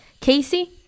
Casey